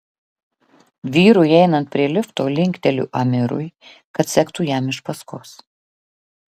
vyrui einant prie lifto linkteliu amirui kad sektų jam iš paskos